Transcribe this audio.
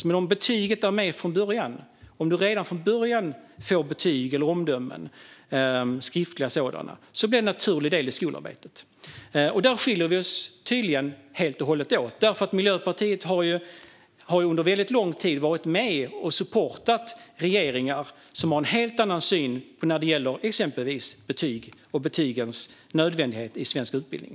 Men om betyget är med från början, om man redan från början får betyg eller skriftliga omdömen, blir det en naturlig del i skolarbetet. Där skiljer vi oss tydligen helt och hållet åt. Miljöpartiet har under lång tid varit med och stött regeringar som har en helt annan syn på till exempel betyg och betygens nödvändighet i svensk utbildning.